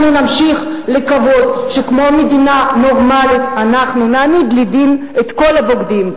אנחנו נמשיך לקוות שכמו מדינה נורמלית אנחנו נעמיד לדין את כל הבוגדים.